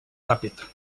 ràpid